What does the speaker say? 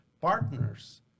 partners